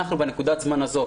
בנקודת הזמן הזו,